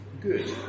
good